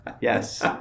yes